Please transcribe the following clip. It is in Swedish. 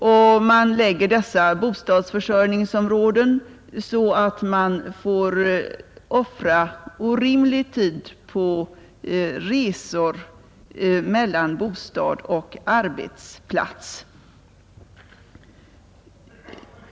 Och man lägger dessa bostadsförsörjningsområden så att orimlig tid får offras på resor mellan bostad och arbetsplats.